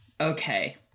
Okay